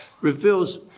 reveals